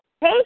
Hey